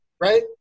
right